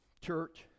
church